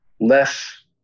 less